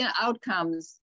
outcomes